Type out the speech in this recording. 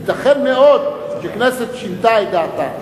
ייתכן מאוד שכנסת שינתה את דעתה.